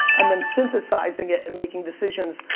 and then synthesizing it, and making decisions,